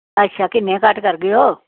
अच्छा किन्ने घट्ट करगेओ